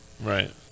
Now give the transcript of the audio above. Right